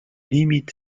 limite